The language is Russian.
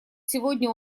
сегодня